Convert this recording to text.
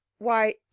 Why